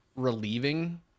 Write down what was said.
relieving